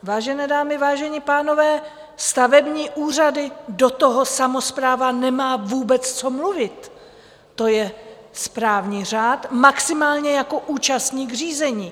Vážené dámy, vážení pánové, stavební úřady, do toho samospráva nemá vůbec co mluvit, to je správní řád maximálně jako účastník řízení.